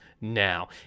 now